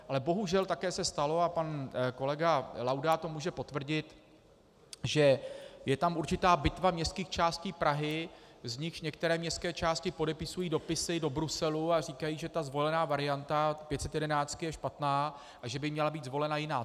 Ale bohužel také se stalo, a pan kolega Laudát to může potvrdit, že je tam určitá bitva městských částí Prahy, z nichž některé městské části podepisují dopisy do Bruselu a říkají, že ta zvolená varianta pětsetjedenáctky je špatná a že by měla být zvolena jiná.